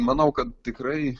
manau kad tikrai